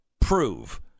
prove